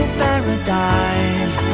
paradise